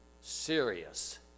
serious